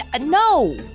No